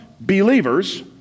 believers